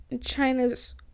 China's